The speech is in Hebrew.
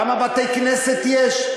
כמה בתי-כנסת יש?